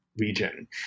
region